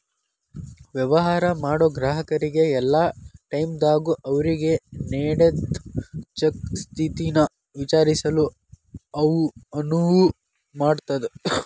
ವ್ಯವಹಾರ ಮಾಡೋ ಗ್ರಾಹಕರಿಗೆ ಯಲ್ಲಾ ಟೈಮದಾಗೂ ಅವ್ರಿಗೆ ನೇಡಿದ್ ಚೆಕ್ ಸ್ಥಿತಿನ ವಿಚಾರಿಸಲು ಅನುವು ಮಾಡ್ತದ್